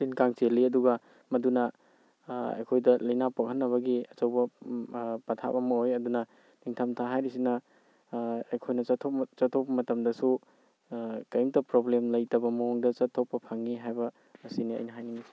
ꯇꯤꯟ ꯀꯥꯡ ꯆꯦꯜꯂꯤ ꯑꯗꯨꯒ ꯃꯗꯨꯅ ꯑꯩꯈꯣꯏꯗ ꯂꯩꯅꯥ ꯄꯣꯛꯍꯟꯅꯕꯒꯤ ꯑꯆꯧꯕ ꯄꯊꯥꯞ ꯑꯃ ꯑꯣꯏ ꯑꯗꯨꯅ ꯅꯤꯡꯊꯝꯊꯥ ꯍꯥꯏꯔꯤꯁꯤꯅ ꯑꯩꯈꯣꯏꯅ ꯆꯠꯊꯣꯛꯄ ꯃꯇꯝꯗꯁꯨ ꯀꯔꯤꯝꯇ ꯄ꯭ꯔꯣꯕ꯭ꯂꯦꯝ ꯂꯩꯇꯕ ꯃꯑꯣꯡꯗ ꯆꯠꯊꯣꯛꯄ ꯐꯪꯏ ꯍꯥꯏꯕ ꯑꯁꯤꯅꯤ ꯑꯩꯅ ꯍꯥꯏꯅꯤꯡꯏꯁꯤ